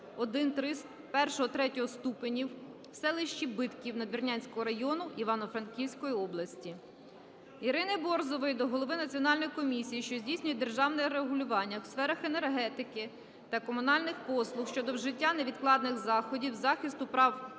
I-III ступенів в селищі Битків, Надвірнянського району Івано-Франківської області. Ірини Борзової до голови Національної комісії, що здійснює державне регулювання у сферах енергетики та комунальних послуг щодо вжиття невідкладних заходів захисту прав